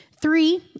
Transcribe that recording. Three